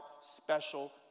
special